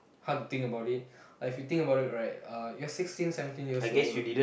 hard to think about it like if you think about it right uh you're sixteen seventeen years old